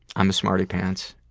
i'm a smarty pants.